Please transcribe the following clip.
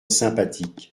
sympathique